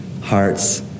hearts